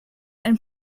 and